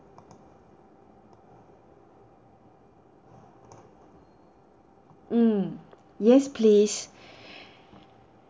mm yes please